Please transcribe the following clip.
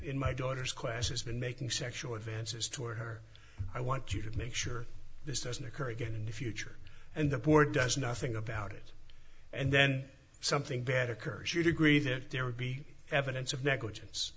in my daughter's class is been making sexual advances toward her i want you to make sure this doesn't occur again in the future and the board does nothing about it and then something bad occurs you'd agree that there would be evidence of negligence